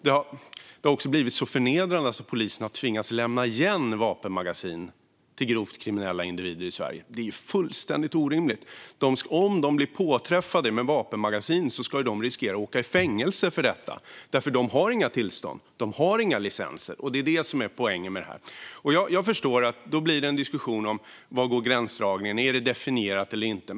Det har också blivit så förnedrande att polisen har tvingats lämna igen vapenmagasin till grovt kriminella individer i Sverige. Det är fullständigt orimligt! Om kriminella påträffas med vapenmagasin ska de riskera att åka i fängelse för detta, för de har inga tillstånd eller licenser. Det är detta som är poängen med förslaget. Jag förstår att det blir en diskussion om gränsdragningen och vad som är definierat och inte.